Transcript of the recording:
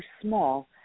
small